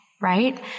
right